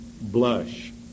blush